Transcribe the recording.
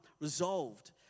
resolved